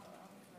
גברתי היושבת-ראש,